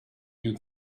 you